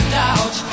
doubt